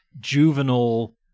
juvenile